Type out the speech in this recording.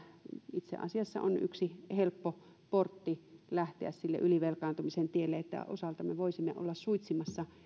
itse asiassa on yksi helppo portti lähteä sille ylivelkaantumisen tielle että osaltamme voisimme olla suitsimassa